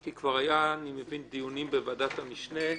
כי כבר היו אני מבין דיונים בוועדת המשנה.